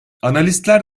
analistler